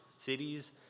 cities